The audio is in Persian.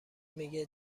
میگه